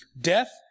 Death